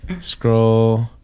Scroll